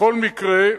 בכל מקרה,